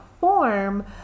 form